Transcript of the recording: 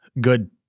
good